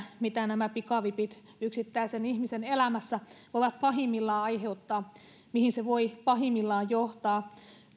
mitä nämä pikavipit yksittäisen ihmisen elämässä voivat pahimmillaan aiheuttaa mihin se voi pahimmillaan johtaa